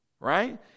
right